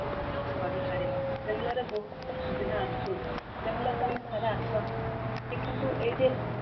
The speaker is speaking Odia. ଆଗକୁ ବଢ଼ିପାରିବ ବାଙ୍ଗଲୋରରେ ବହୁତ ସୁବିଧା ଅଛି ବାଙ୍ଗଲୋର ତୁମେ ଥରେ ଆସ ଯେ କିନ୍ତୁ ଏଇଠି